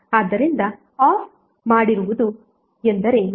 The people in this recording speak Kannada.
ಆದ್ದರಿಂದ ಆಫ್ ಮಾಡಿರುವುದು ಎಂದರೆ ಏನು